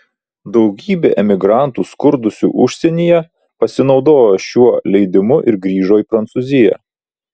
daugybė emigrantų skurdusių užsienyje pasinaudojo šiuo leidimu ir grįžo į prancūziją